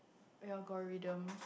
algorithm